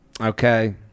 Okay